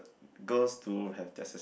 girls do have their